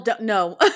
No